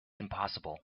impossible